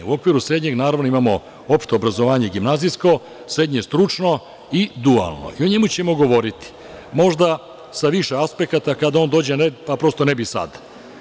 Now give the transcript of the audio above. U okviru srednjeg, naravno, imamo opšte obrazovanje gimnazijsko, srednje stručno i dualno, o njemu ćemo govoriti, možda sa više aspekata kada on dođe na red, pa prosto ne bih sada.